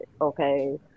Okay